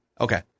Okay